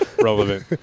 Relevant